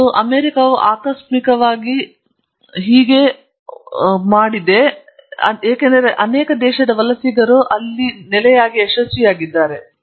ಮತ್ತು ಅಮೆರಿಕವು ಆಕಸ್ಮಿಕವಾಗಿ ಮಾಡಿದೆ ಏಕೆಂದರೆ ದೇಶದ ವಲಸಿಗರು ಯಶಸ್ವಿಯಾಗಿದ್ದಾರೆ